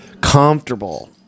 comfortable